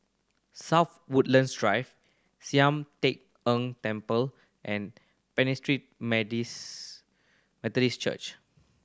South Woodlands Drive Sian Teck Tng Temple and Pentecost Methodist Church